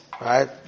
right